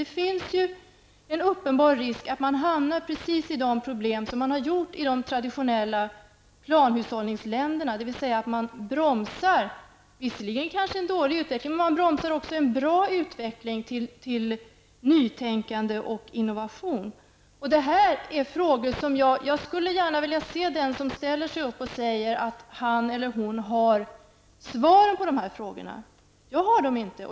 Det finns en uppenbar risk att man hamnar precis i de problem man har fått i de traditionella planhushållningsländerna, dvs. att man bromsar inte bara en dålig utveckling utan också en bra utveckling till nytänkande och innovation. Jag skulle gärna vilja se den som kan ställa sig upp och säga att han har svar på dessa frågor. Jag har det inte.